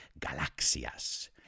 galaxias